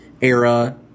era